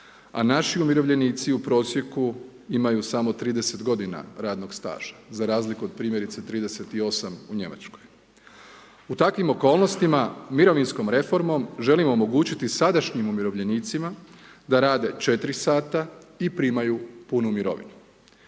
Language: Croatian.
a naši umirovljenici u prosjeku imaju samo 30 g. radnog staža, za razliku od primjerice 38 u Njemačkoj. U takvim okolnostima mirovinskom reformom, želimo omogućiti sadašnjim umirovljenicima da rade 4 sata, i primaju punu mirovinu.